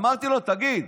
אמרתי לו: תגיד,